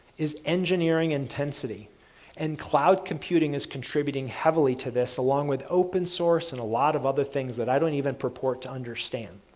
is engineering intensity and cloud computing is contributing heavily to this along with open source and a lot of other things that i don't even purport to understand.